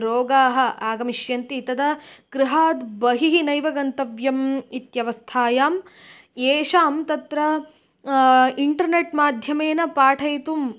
रोगाः आगमिष्यन्ति तदा गृहात् बहिः नैव गन्तव्यम् इत्यवस्थायाम् एषां तत्र इण्टर्नेट् माध्यमेन पाठयितुं